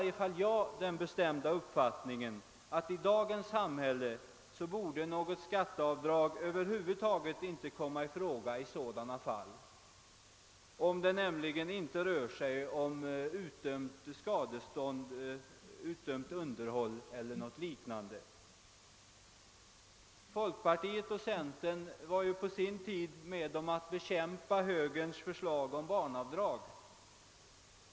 Jag har den bestämda uppfattningen att något skatteavdrag över huvud taget inte borde komma i fråga i dessa fall i dagens samhälle, om det inte rör sig om utdömt skadestånd, utdömt underhåll eller något liknande. Folkpartiet och centerpartiet var ju på sin tid med om att bekämpa högerns förslag om barnavdrag.